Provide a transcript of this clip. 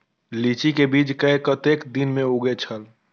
लीची के बीज कै कतेक दिन में उगे छल?